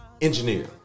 Engineer